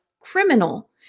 criminal